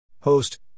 Host